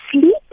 sleep